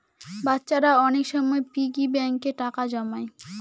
বাচ্চারা অনেক সময় পিগি ব্যাঙ্কে টাকা জমায়